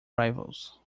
rivals